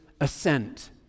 assent